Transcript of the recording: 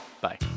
Bye